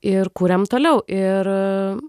ir kuriam toliau ir